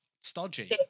stodgy